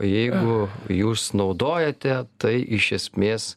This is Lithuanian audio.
jeigu jūs naudojate tai iš esmės